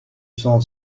son